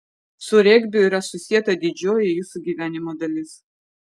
su regbiu yra susieta didžioji jūsų gyvenimo dalis